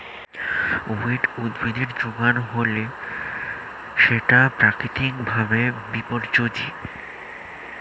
weed উদ্ভিদের যোগান হলে সেটা প্রাকৃতিক ভাবে বিপর্যোজী